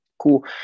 Cool